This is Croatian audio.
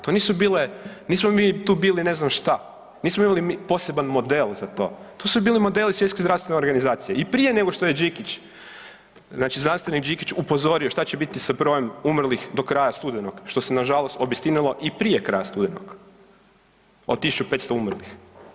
To nisu bile, nismo mi tu bili ne znam šta, nismo imali mi poseban model za to, to su bili modeli Svjetske zdravstvene organizacije i prije nego što je Đikić, znači znanstvenik Đikić upozorio šta će biti sa brojem umrlih do kraja studenog, što se nažalost obistinilo i prije kraja studenog od 1500 umrlih.